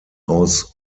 aus